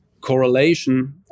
correlation